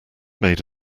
made